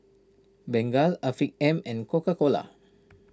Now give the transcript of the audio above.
Bengay Afiq M and Coca Cola